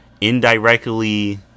indirectly